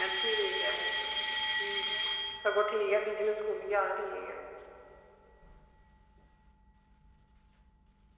अच्छा ठीक ऐ ठीक ऐ सगुआं ठीक ऐ बिज़नेस खु'ल्ली जाह्ग ठीक ऐ